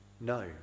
No